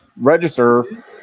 register